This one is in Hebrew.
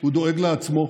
הוא דואג לעצמו.